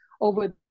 over